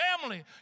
family